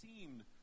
seemed